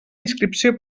inscripció